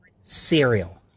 cereal